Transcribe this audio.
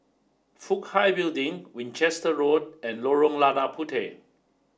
Fook Hai Building Winchester Road and Lorong Lada Puteh